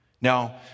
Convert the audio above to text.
now